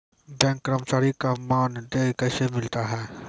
Bank कर्मचारी का मानदेय कैसे मिलता हैं?